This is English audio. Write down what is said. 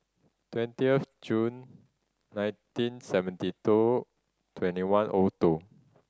twenty of June nineteen seventy two twenty one O two